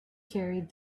carried